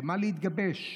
למה להתגבש?